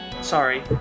sorry